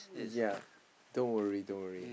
ya don't worry don't worry